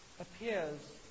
appears